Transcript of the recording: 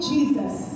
Jesus